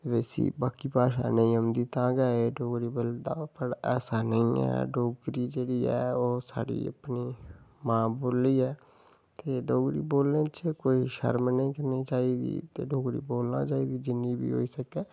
ते इसी बाकी भाशा नेईं औंदी तां गै एह् डोगरी बोलदा पर ऐसा नेईं ऐ की जे बी ऐ ओह् साढ़ी अपनी मां बोली ऐ ते डोगरी बोलने च कोई शर्म निं करनी चाहिदी ते डोगरी बोलना चाहिदी जिन्नी बी होई सकै